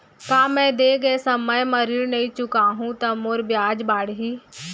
का मैं दे गए समय म ऋण नई चुकाहूँ त मोर ब्याज बाड़ही?